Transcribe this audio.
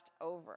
over